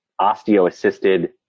osteo-assisted